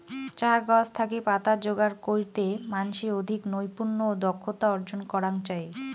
চা গছ থাকি পাতা যোগার কইরতে মানষি অধিক নৈপুণ্য ও দক্ষতা অর্জন করাং চাই